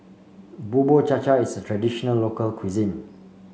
Bubur Cha Cha is traditional local cuisine